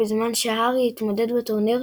בזמן שהארי מתמודד בטורניר,